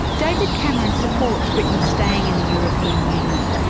david cameron supports britain staying in the european union.